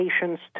patients